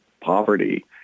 poverty